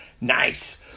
Nice